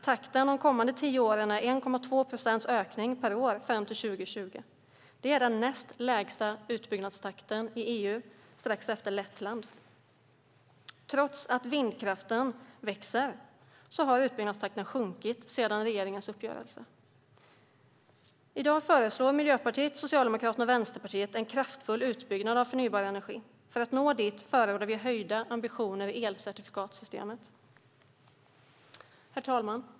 Takten de kommande tio åren är 1,2 procents ökning per år fram till 2020. Det är den näst lägsta utbyggnadstakten i EU efter Lettland. Trots att vindkraften växer har utbyggnadstakten sjunkit sedan regeringens uppgörelse. I dag föreslår Miljöpartiet, Socialdemokraterna och Vänsterpartiet en kraftfull utbyggnad av förnybar energi. För att nå dit förordar vi höjda ambitioner i elcertifikatssystemet. Herr talman!